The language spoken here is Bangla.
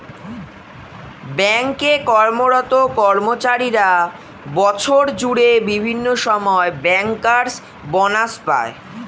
ব্যাঙ্ক এ কর্মরত কর্মচারীরা বছর জুড়ে বিভিন্ন সময়ে ব্যাংকার্স বনাস পায়